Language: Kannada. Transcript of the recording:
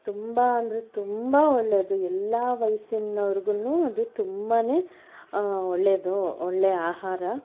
ತುಂಬ ಅಂದರೆ ತುಂಬ ಒಳ್ಳೇದು ಎಲ್ಲ ವಯಸ್ಸಿನವ್ರಿಗೂನು ಅದು ತುಂಬನೇ ಒಳ್ಳೇದು ಒಳ್ಳೆ ಆಹಾರ